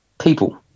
people